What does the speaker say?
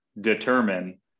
determine